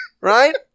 Right